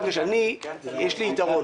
חברת הכנסת פרקש, יש לי יתרון.